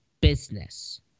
business